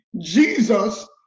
Jesus